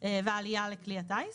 והעלייה לכלי הטיס.